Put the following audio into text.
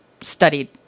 studied